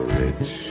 rich